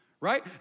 Right